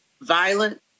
violent